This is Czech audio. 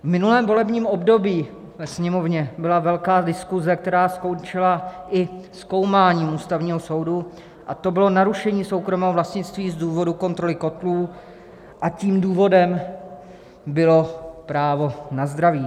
V minulém volebním období ve Sněmovně byla velká diskuze, která skončila i zkoumáním Ústavního soudu, a to bylo narušení soukromého vlastnictví z důvodu kontroly kotlů, a tím důvodem bylo právo na zdraví.